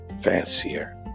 fancier